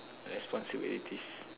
responsibilities